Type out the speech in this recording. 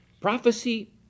Prophecy